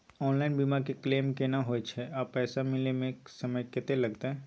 Online बीमा के claim केना होय छै आ पैसा मिले म समय केत्ते लगतै?